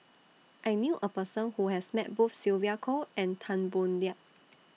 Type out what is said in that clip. I knew A Person Who has Met Both Sylvia Kho and Tan Boo Liat